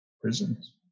prisons